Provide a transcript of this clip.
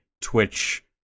twitch